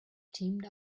teamed